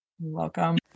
Welcome